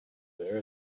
there